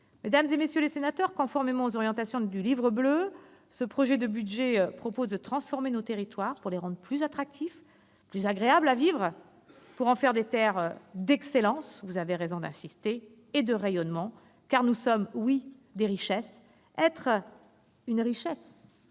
Mesdames, messieurs les sénateurs, conformément aux orientations du Livre bleu, ce projet de budget propose de transformer nos territoires pour les rendre plus attractifs, plus agréables à vivre, pour en faire des terres d'excellence et de rayonnement, car, oui, nous sommes des richesses. Être une richesse,